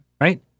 right